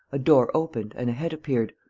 a door opened and a head appeared,